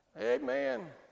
Amen